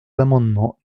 l’amendement